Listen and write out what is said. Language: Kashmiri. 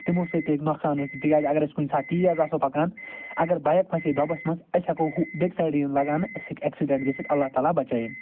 تِمو سۭتۍ تہِ ہیٚکہِ نۄقصان وٲتِتھ تِکیٛازِ اگر أسۍ کُنہِ ساتہٕ تیز آسو پکان اگر بایک پھَسے دۄبَس منٛز أسۍ ہٮ۪کو ہُہ بیٚکہِ سایڈٕ یِن لگاونہٕ اَسہِ ہٮ۪کہِ اٮ۪کسِڈٮ۪نٛٹ گٔژھِتھ اللہ تعالیٰ بچٲیِن